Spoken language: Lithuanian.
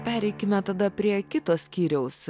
pereikime tada prie kito skyriaus